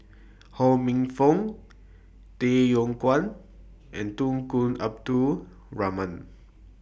Ho Minfong Tay Yong Kwang and Tunku Abdul Rahman